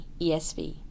ESV